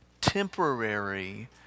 temporary